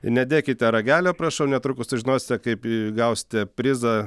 nedėkite ragelio prašau netrukus sužinosite kaip gausite prizą